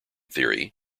theory